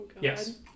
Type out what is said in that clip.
Yes